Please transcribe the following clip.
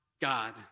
God